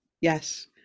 yes